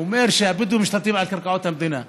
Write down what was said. הוא אומר שהבדואים משתלטים על קרקעות המדינה.